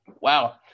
Wow